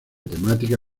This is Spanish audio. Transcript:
temática